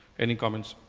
any comments